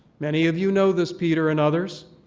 many of you know this, peter and others,